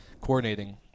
coordinating